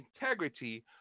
integrity